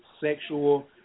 sexual